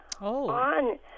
on